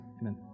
amen